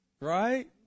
right